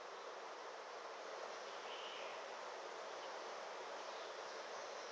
so